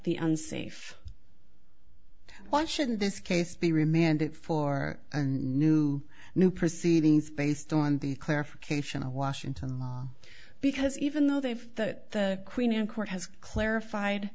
the unsafe why shouldn't this case be remanded for new new proceedings based on the clarification of washington because even though they've the queen in court has clarified